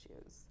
issues